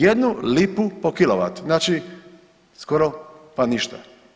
Jednu lipu po kilovatu, znači, skoro pa ništa.